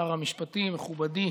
שר המשפטים מכובדי,